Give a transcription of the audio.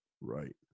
Right